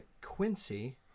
Quincy